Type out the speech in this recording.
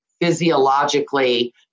physiologically